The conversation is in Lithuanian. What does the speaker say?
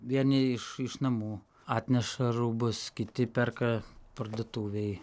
vieni iš iš namų atneša rūbus kiti perka parduotuvėj